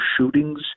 shootings